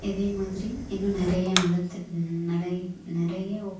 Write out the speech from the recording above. இதே மாதிரி இன்னும் நிறைய நலத்திட் நலை நிறைய